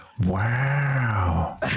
wow